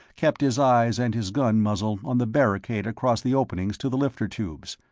kept his eyes and his gun muzzle on the barricade across the openings to the lifter tubes,